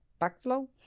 backflow